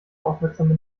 aufmerksame